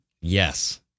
Yes